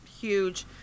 huge